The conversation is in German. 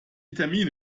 termine